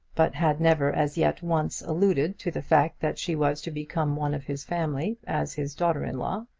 but had never as yet once alluded to the fact that she was to become one of his family as his daughter-in-law.